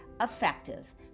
effective